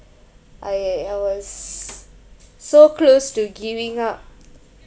I I was so close to giving up